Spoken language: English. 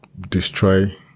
destroy